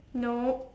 nope